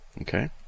Okay